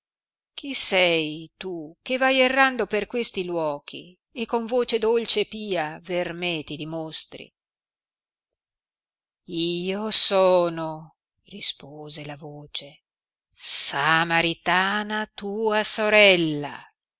chi sei tu che vai errando per questi luochi e con voce dolce e pia ver me ti dimostri io sono rispose la voce samaritana tua sorella